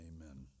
Amen